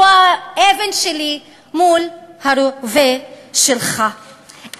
זו אבן שלי מול הרובה שלך,